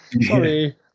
sorry